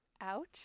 Ouch